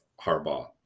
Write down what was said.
Harbaugh